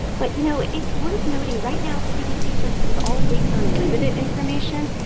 but, you know, it's worth noting right now the cdc says this is all based on limited information.